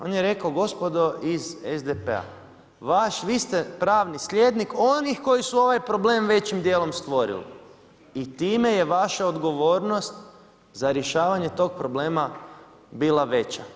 On je rekao gospodo iz SDP-a, vi ste pravni slijednik onih koji su ovaj problem većim djelom stvorili i time je vaša odgovornost za rješavanje to problema bila veća.